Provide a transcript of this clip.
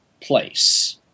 place